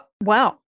wow